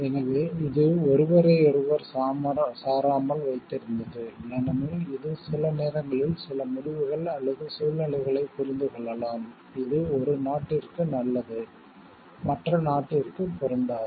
எனவே இது ஒருவரையொருவர் சாராமல் வைத்திருந்தது ஏனெனில் இது சில நேரங்களில் சில முடிவுகள் அல்லது சூழ்நிலைகளைப் புரிந்து கொள்ளலாம் இது ஒரு நாட்டிற்கு நல்லது மற்ற நாட்டிற்கு பொருந்தாது